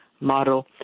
model